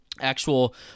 actual